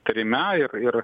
kryme ir ir